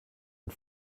and